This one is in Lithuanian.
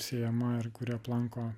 siejama ir kuri aplanko